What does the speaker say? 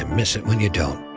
ah miss it when you don't.